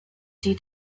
due